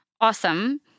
awesome